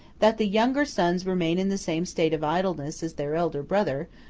that the younger sons remain in the same state of idleness as their elder brother,